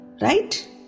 right